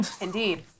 Indeed